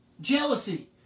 Jealousy